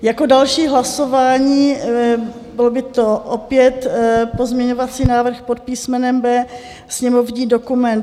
Jako další hlasování byl by to opět pozměňovací návrh pod písmenem B, sněmovní dokument 2780.